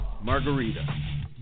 margarita